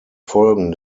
folgen